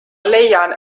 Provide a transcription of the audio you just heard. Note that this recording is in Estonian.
leian